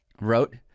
wrote